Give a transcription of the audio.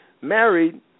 married